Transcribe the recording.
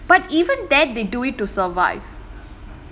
but even that they do it to survive